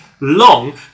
long